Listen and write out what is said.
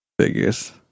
figures